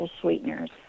sweeteners